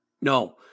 No